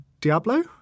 Diablo